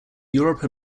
europe